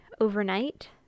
overnight